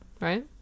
right